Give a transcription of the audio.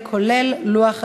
על החוק, כולל לוח תיקונים.